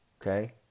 okay